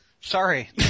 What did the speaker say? Sorry